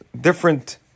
different